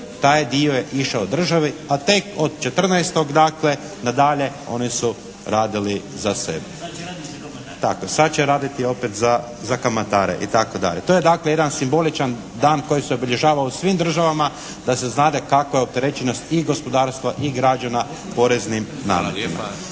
taj dio je išao državi, a tek od 14. dakle na dalje oni su radili za sebe. Tako je, sad će raditi opet za kamatare itd. To je dakle jedan simboličan dan koji se dešava u svim državama da se znade kako je opterećenost i gospodarstva i građana poreznim nametima.